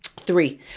Three